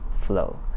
flow